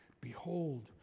Behold